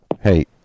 Hey